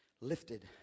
lifted